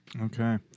Okay